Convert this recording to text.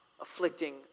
afflicting